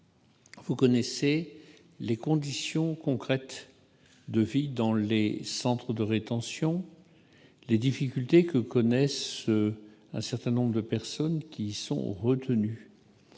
chers collègues, les conditions concrètes de vie dans les centres de rétention, les difficultés rencontrées par un certain nombre de personnes qui y sont retenues.